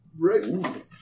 right